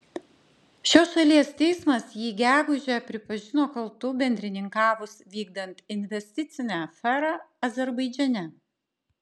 šios šalies teismas jį gegužę pripažino kaltu bendrininkavus vykdant investicinę aferą azerbaidžane